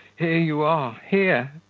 here you are, here.